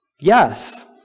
yes